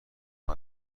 اون